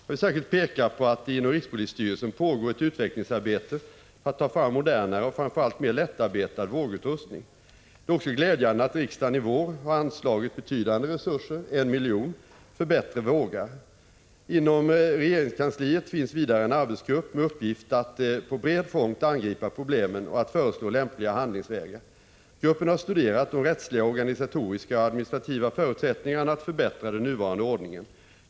Jag vill särskilt peka på att det inom rikspolisstyrelsen pågår ett utvecklingsarbete för att ta fram modernare 55 och framför allt mer lättarbetad vågutrustning. Det är också glädjande att riksdagen i vår har anslagit betydande resurser, 1 milj.kr., för bättre vågar. Inom regeringskansliet finns vidare en arbetsgrupp med uppgift att på bred front angripa problemen och att föreslå lämpliga handlingsvägar. Gruppen har studerat de rättsliga, organisatoriska och administrativa förutsättningarna att förbättra den nuvarande ordningen.